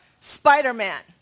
Spider-Man